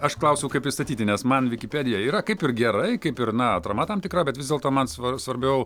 aš klausiau kaip pristatyti nes man vikipedia yra kaip ir gerai kaip ir na atrama tam tikra bet vis dėlto man svar svarbiau